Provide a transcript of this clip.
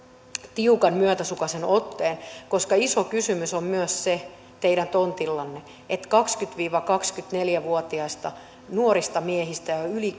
tiukan myötäsukaisen otteen koska iso kysymys on myös se teidän tontillanne että kaksikymmentä viiva kaksikymmentäneljä vuotiaista nuorista miehistä jo yli